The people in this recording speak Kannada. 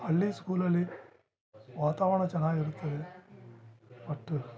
ಹಳ್ಳಿ ಸ್ಕೂಲಲ್ಲಿ ವಾತಾವರಣ ಚೆನ್ನಾಗಿರುತ್ತದೆ ಬಟ್